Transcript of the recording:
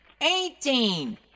eighteen